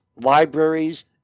libraries